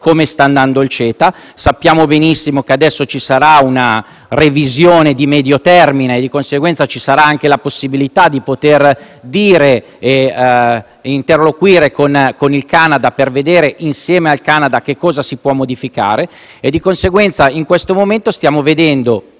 come sta andando il CETA. Sappiamo benissimo che adesso ci sarà una revisione di medio termine e di conseguenza ci sarà anche la possibilità di interloquire con il Canada per vedere cosa si può modificare. In questo momento stiamo vedendo